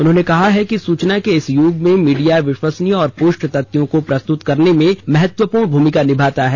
उन्होंने कहा कि सूचना के इस युग में मीडिया विश्वसनीय और पृष्ट तथ्यों को प्रस्तुत करने मे महत्वपूर्ण भूमिका निभाता है